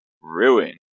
Ruin